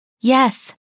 Yes